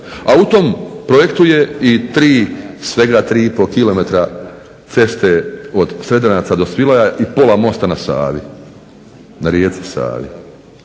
a u tom projektu je i 3, svega 3 i pol kilometra ceste od Sredenaca do Svilaja i pola mosta na Savi, na rijeci Savi,